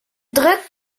drukt